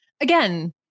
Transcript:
again